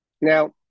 Now